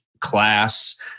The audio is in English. class